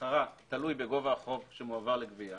ששכרה תלוי בגובה החוב שמועבר לגבייה,